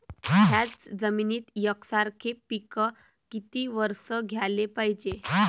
थ्याच जमिनीत यकसारखे पिकं किती वरसं घ्याले पायजे?